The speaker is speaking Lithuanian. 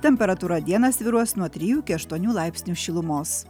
temperatūra dieną svyruos nuo trijų aštuonių laipsnių šilumos